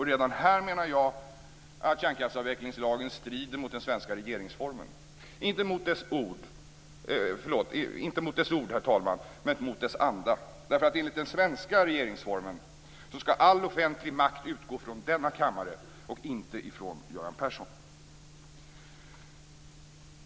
Redan här menar jag att kärnkraftsavvecklingslagen strider mot den svenska regeringsformen, inte mot dess ord men mot dess anda. Enligt den svenska regeringsformen skall all offentlig makt utgå från denna kammare och inte från Göran Persson.